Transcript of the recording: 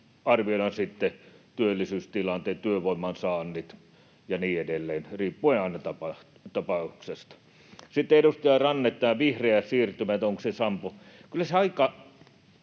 arvioidaan sitten työllisyystilanteet, työvoiman saannit ja niin edelleen, riippuen aina tapauksesta. Sitten edustaja Ranne: tämä vihreä siirtymä. Onko se sampo? — Kyllä se aika